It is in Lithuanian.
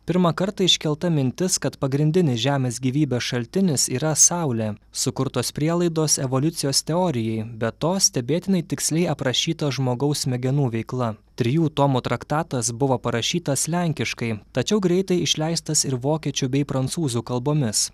pirmą kartą iškelta mintis kad pagrindinis žemės gyvybės šaltinis yra saulė sukurtos prielaidos evoliucijos teorijai be to stebėtinai tiksliai aprašyta žmogaus smegenų veikla trijų tomų traktatas buvo parašytas lenkiškai tačiau greitai išleistas ir vokiečių bei prancūzų kalbomis